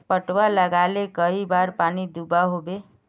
पटवा लगाले कई बार पानी दुबा होबे?